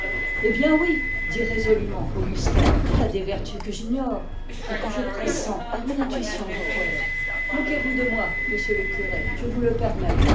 eh bien oui elle a des vertus que j'ignore mais que je pressens par une intuition du cœur moquez-vous de moi monsieur le curé je vous le permets